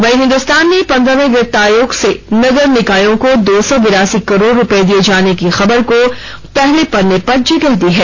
वहीं हिन्दुस्तान ने पंद्रहवें वित्त आयोग से नगर निकायों को दो सौ बेरासी करोड़ रुपए दिए जाने की खबर को पहले पन्ने पर जगह दी है